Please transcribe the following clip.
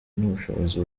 n’ubushobozi